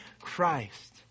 Christ